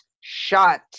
shut